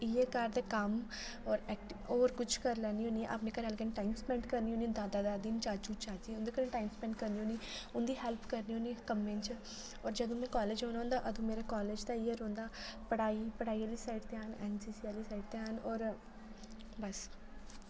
इ'यै घर दे क'म्म होर एक्टविटीज होर कुछ करी लैनी होनी ऐ अपने घरै आह्ले कन्नै टाइम स्पेंड करनी होनी आं दादा दादी न चाचू चाची उं'दे कन्नै टाइम स्पेंड करनी होनी आं उं'दी हेल्प करनी होनी क'म्मै च होर जदूं में कॉलेज़ जाना होंदा अदूं मेरे कॉलेज़ ते इ'यै रौह्ंदा पढ़ाई पढ़ाई आह्ली साइड ध्यान एन सी सी आह्ली साइड ध्यान होर बस